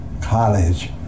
college